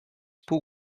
pół